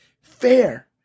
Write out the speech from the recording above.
fair